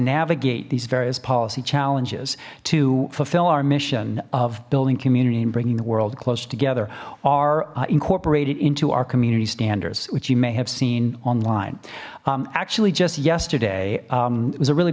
navigate these various policy challenges to fulfill our mission of building community and bringing the world closer together are incorporated into our community standards which you may have seen online actually just yesterday it was a really